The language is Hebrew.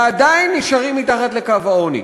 ועדיין נשארים מתחת לקו העוני.